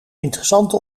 interessante